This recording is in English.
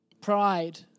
pride